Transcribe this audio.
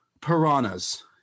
piranhas